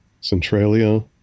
Centralia